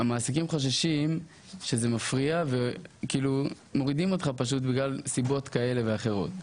המעסיקים חוששים שזה מפריע ומורידים אותך פשוט בגלל סיבות כאלה ואחרות.